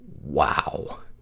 Wow